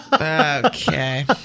Okay